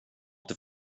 till